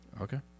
Okay